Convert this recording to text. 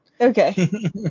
Okay